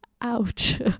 Ouch